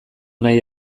nahi